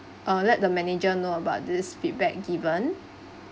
I will let the manager know about this feedback given